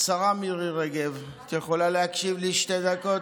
השרה מירי רגב, את יכולה להקשיב לי שתי דקות?